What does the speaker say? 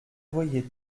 voyez